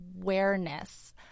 awareness